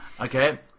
Okay